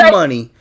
money